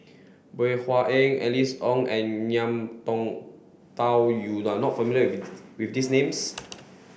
Bey Hua Heng Alice Ong and Ngiam Tong Dow you are not familiar with with these names